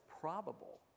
probable